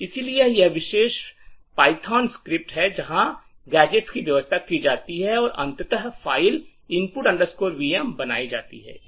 इसलिए यह विशेष पायथन स्क्रिप्ट है जहां गैजेट्स की व्यवस्था की जाती है और अंततः फ़ाइल input vm बनाई जाती है